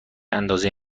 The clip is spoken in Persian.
اندازه